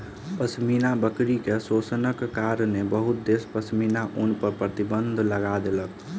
पश्मीना बकरी के शोषणक कारणेँ बहुत देश पश्मीना ऊन पर प्रतिबन्ध लगा देलक